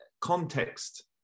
context